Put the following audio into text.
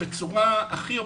בצורה הכי אופטימלית.